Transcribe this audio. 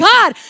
God